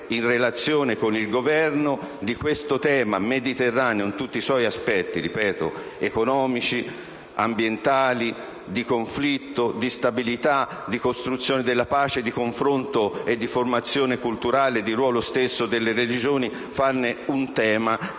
in relazione con il Governo, del problema del Mediterraneo in tutti i suoi aspetti - economici, ambientali, di conflitto, di stabilità, di costruzione della pace, di confronto e di formazione culturale e di ruolo stesso delle religioni - un tema che impegni